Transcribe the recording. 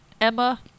Emma